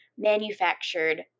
manufactured